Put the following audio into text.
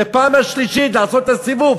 שפעם שלישית לעשות את הסיבוב,